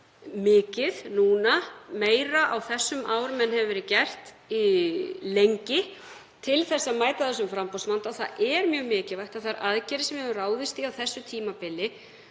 mikið núna og meira á þessum árum en hefur verið gert lengi til að mæta þessum framboðsvanda. Það er mjög mikilvægt að þær aðgerðir sem við höfum ráðist í á þessu tímabili